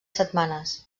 setmanes